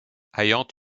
ayant